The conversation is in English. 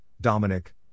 Dominic